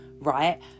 right